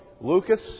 Lucas